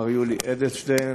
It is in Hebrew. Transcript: מר יולי אדלשטיין,